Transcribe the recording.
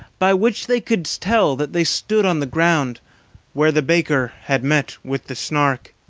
by which they could tell that they stood on the ground where the baker had met with the snark.